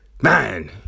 man